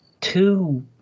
two